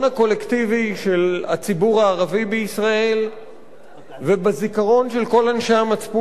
של הציבור הערבי בישראל ובזיכרון של כל אנשי המצפון בארץ הזאת.